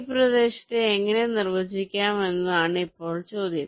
ഈ പ്രദേശത്തെ എങ്ങനെ നിർവചിക്കാം എന്നതാണ് ഇപ്പോൾ ചോദ്യം